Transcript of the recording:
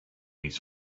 his